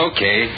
Okay